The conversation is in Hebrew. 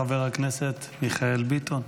חבר הכנסת מיכאל ביטון,